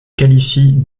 qualifie